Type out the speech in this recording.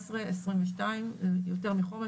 17'-22' יותר מחומש,